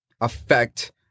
affect